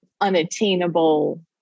unattainable